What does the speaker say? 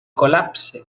col·lapse